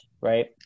right